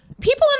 people